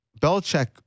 Belichick